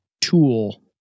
tool